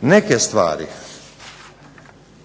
Neke stvari